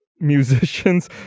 musicians